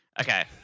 Okay